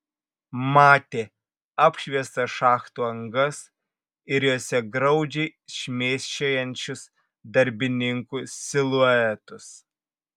matė apšviestas šachtų angas ir jose graudžiai šmėsčiojančius darbininkų siluetus